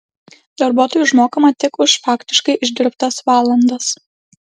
darbuotojui užmokama tik už faktiškai išdirbtas valandas